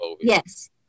Yes